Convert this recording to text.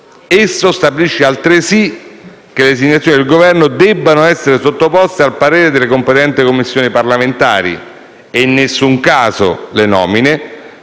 esso stabilisce altresì che le designazioni del Governo debbano essere sottoposte al parere delle competenti Commissioni parlamentari e in nessun caso le nomine